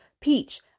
peach